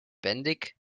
wendig